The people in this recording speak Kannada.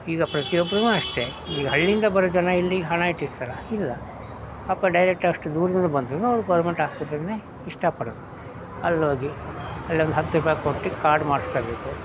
ಈಗ ಪ್ರತಿಯೊಬ್ಬರೂನು ಅಷ್ಟೇ ಈಗ ಹಳ್ಳಿಯಿಂದ ಬರೋ ಜನ ಇಲ್ಲಿಗೆ ಹಣ ಇಟ್ಟಿರ್ತಾರೆ ಇಲ್ಲ ಪಾಪ ಡೈರೆಕ್ಟ್ ಅಷ್ಟು ದೂರದಿಂದ ಬಂದೂನು ಅವರು ಗೋರ್ಮೆಂಟ್ ಆಸ್ಪತ್ರೆಗೇನೆ ಇಷ್ಟಪಡೋದು ಅಲ್ಲೋಗಿ ಅಲ್ಲೊಂದು ಹತ್ತು ರೂಪಾಯಿ ಕೊಟ್ಟು ಕಾರ್ಡ್ ಮಾಡ್ಸ್ಕೊಳ್ಬೇಕು